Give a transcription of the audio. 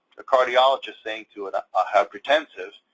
a cardiologist saying to and a hypertensive,